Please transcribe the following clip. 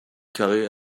carrée